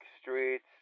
streets